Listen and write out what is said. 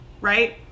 right